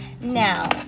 Now